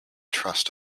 trust